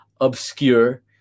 obscure